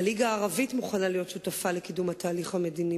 הליגה הערבית מוכנה להיות שותפה לקידום התהליך המדיני,